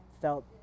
felt